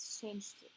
changed